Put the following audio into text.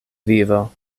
vivo